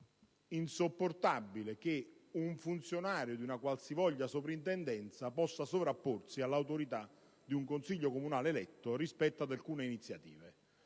federalismo, un funzionario di una qualsivoglia sovrintendenza possa sovrapporsi all'autorità di un Consiglio comunale eletto rispetto ad alcune iniziative.